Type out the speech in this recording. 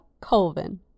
Colvin